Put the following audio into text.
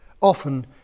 often